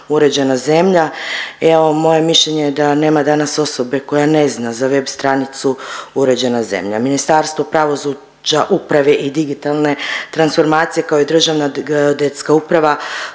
Uređena zemlja, evo, moje mišljenje je da nema danas osobe koja ne zna za web stranicu Uređena zemlja. Ministarstvo pravosuđa, uprave i digitalne transformacije kao i Državna geodetska uprava